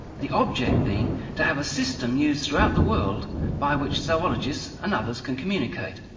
the object being to have a system used throughout the world by which zoologists and others can communicate.